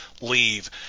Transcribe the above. leave